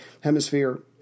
Hemisphere